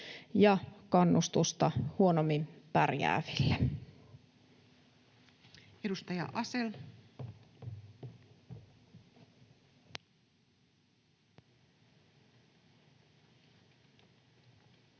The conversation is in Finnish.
ja kannustusta huonommin pärjääville. Edustaja Asell. Arvoisa